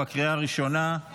בקריאה הראשונה.